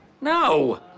No